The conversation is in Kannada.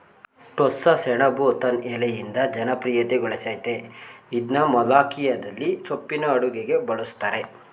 ಟೋಸ್ಸಸೆಣಬು ತನ್ ಎಲೆಯಿಂದ ಜನಪ್ರಿಯತೆಗಳಸಯ್ತೇ ಇದ್ನ ಮೊಲೋಖಿಯದಲ್ಲಿ ಸೊಪ್ಪಿನ ಅಡುಗೆಗೆ ಬಳುಸ್ತರೆ